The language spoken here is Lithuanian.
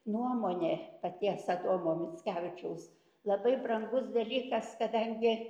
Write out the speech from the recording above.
nuomonė paties adomo mickevičiaus labai brangus dalykas kadangi